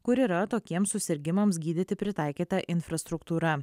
kur yra tokiems susirgimams gydyti pritaikyta infrastruktūra